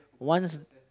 once